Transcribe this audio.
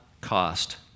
cost